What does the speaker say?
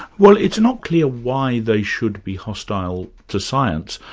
well, it's not clear why they should be hostile to science,